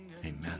Amen